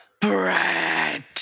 Bread